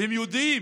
והם יודעים